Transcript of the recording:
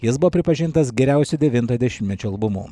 jis buvo pripažintas geriausiu devintojo dešimtmečio albumu